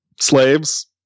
Slaves